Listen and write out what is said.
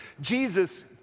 Jesus